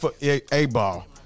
A-ball